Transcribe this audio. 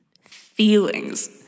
feelings